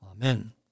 Amen